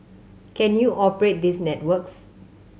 can you operate these networks